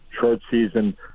short-season